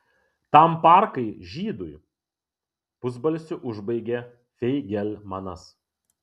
tam parkai žydui pusbalsiu užbaigė feigelmanas